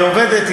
היא עובדת,